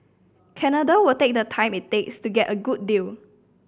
Canada will take the time it takes to get a good deal